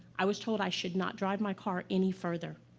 i was told i should not drive my car any further.